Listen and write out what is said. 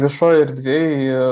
viešojoj erdvėj